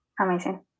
amazing